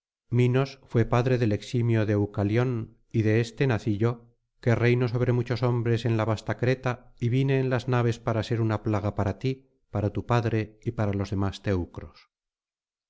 minos fué padre del eximio deucalión y de éste nací yo que reino sobre muchos hombres en la vasta creta y vine en las naves para ser una plaga para ti para tu padre y para los demás teucros